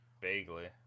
vaguely